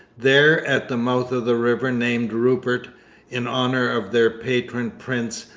there, at the mouth of the river named rupert in honour of their patron prince,